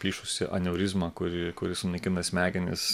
plyšusi aneurizma kuri kuri sunaikina smegenis